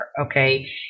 okay